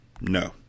No